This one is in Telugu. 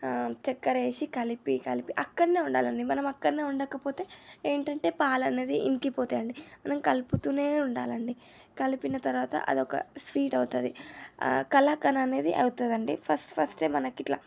చక్కెర వేసి కలిపి కలిపి అక్కడనే ఉండాలండి మనం అక్కడనే ఉండకపోతే ఏంటంటే పాలు అనేది ఇంకిపోతాయండి మనం కలుపుతూనే ఉండాలండి కలిపిన తర్వాత అదొక స్వీట్ అవుతుంది కలాకాండ్ అనేది అవుతుందండి ఫస్ట్ ఫస్టే మనకి ఇంట్లో ఇట్లా